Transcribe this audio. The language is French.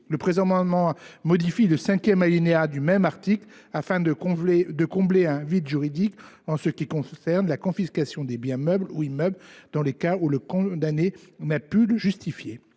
tend par ailleurs à modifier le cinquième alinéa de l’article 1 afin de combler un vide juridique en ce qui concerne la confiscation des biens meubles ou immeubles dans les cas où le condamné n’a pu en justifier